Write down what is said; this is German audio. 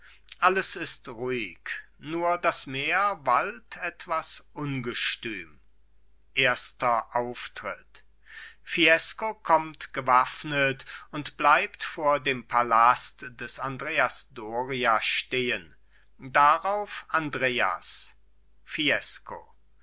alles ist ruhig nur das meer wallt etwas ungestüm erster auftritt fiesco kommt gewaffnet und bleibt vor dem palast des andreas doria stehen darauf andreas fiesco